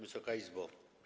Wysoka Izbo!